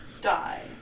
die